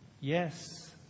Yes